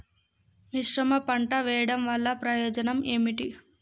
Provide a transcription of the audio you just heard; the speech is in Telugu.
మిశ్రమ పంట వెయ్యడం వల్ల ప్రయోజనం ఏమిటి?